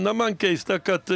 na man keista kad